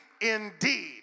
indeed